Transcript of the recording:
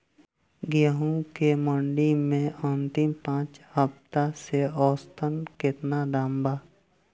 गेंहू के मंडी मे अंतिम पाँच हफ्ता से औसतन केतना दाम बा?